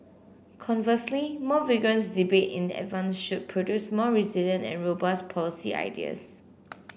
conversely more vigorous debate in advance should produce more resilient and robust policy ideas